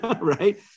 right